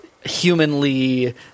humanly